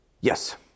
yes